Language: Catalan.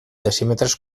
decímetres